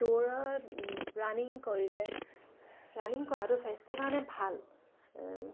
running কৰিলে running কৰাটো স্বাস্থ্যৰ কাৰণে ভাল